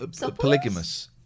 polygamous